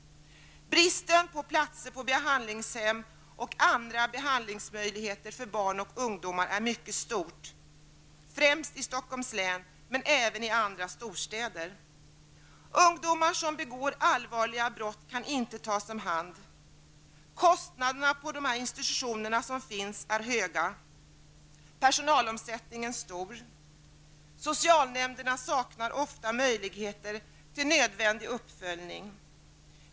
Bristen på platser på behandlingshem och på andra behandlingsmöjligheter för barn och ungdom är mycket stor, främst i Stockholms län, men även i andra storstäder. Ungdomar som begår allvarliga brott kan inte tas om hand. Kostnaderna på de institutioner som finns är höga. Personalomsättningen är stor. Socialnämnderna saknar ofta möjligheter till nödvändig uppföljning.